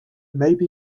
maybe